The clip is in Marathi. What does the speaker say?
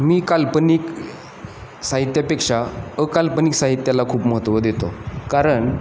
मी काल्पनिक साहित्यापेक्षा अकाल्पनिक साहित्याला खूप महत्त्व देतो कारण